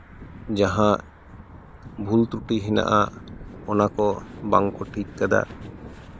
ᱡᱟᱦᱟᱸ ᱵᱷᱩᱞ ᱛᱨᱩᱴᱤ ᱢᱮᱱᱟᱜᱼᱟ ᱚᱱᱟ ᱠᱚ ᱵᱟᱝ ᱠᱚ ᱴᱷᱤᱠ ᱠᱟᱫᱟ